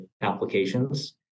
applications